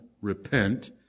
Repent